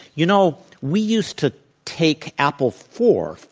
you know, we used to take apple four,